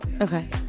Okay